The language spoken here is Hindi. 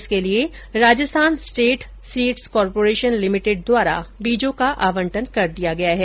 इसके लिये Rajasthan state seeds corporation limited द्वारा बीजों का आवंटन कर दिया गया है